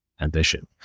ambition